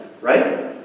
Right